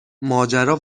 ماجرا